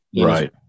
right